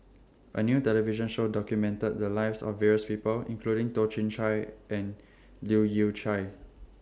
A New television Show documented The Lives of various People including Toh Chin Chye and Leu Yew Chye